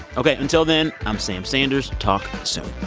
ok. until then, i'm sam sanders. talk soon